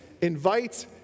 invite